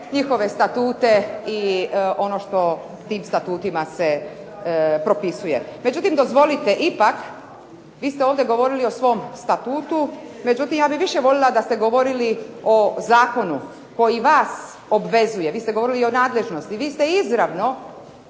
njihove statute i ono što tim statutima se propisuje. Međutim dozvolite ipak, vi ste ovdje govorili o svom statutu, međutim ja bih više volila da ste govorili o zakonu koji vas obvezuje. Vi ste govorili i o nadležnosti, vi ste izravno